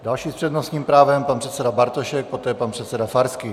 Další s přednostním právem, pan předseda Bartošek, poté pan předseda Farský.